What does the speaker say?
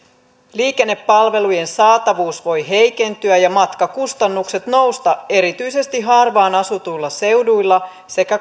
liikennepalvelujen saatavuus voi heikentyä ja matkakustannukset nousta erityisesti harvaan asutuilla seuduilla sekä